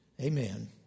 Amen